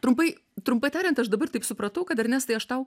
trumpai trumpai tariant aš dabar taip supratau kad ernestai aš tau